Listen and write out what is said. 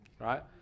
right